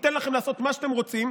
ייתן לכם לעשות מה שאתם רוצים,